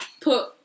put